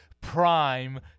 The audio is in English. prime